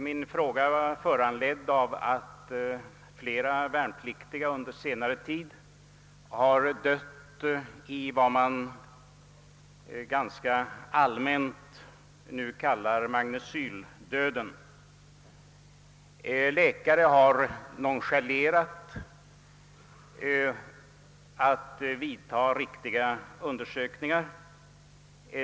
Min fråga var föranledd av att flera värnpliktiga under senare tid har avlidit i vad man nu ganska allmänt kallar »magnecyldöden», d.v.s. genom att läkare har nonchalerat att vidtaga riktiga undersökningar.